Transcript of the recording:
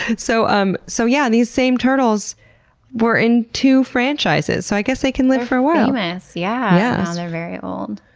and so um so yeah, these same turtles were in two franchises. so i guess they can live for a while. they're famous. yeah, they're very old.